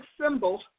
symbols